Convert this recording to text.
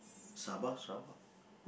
Sabah Sabah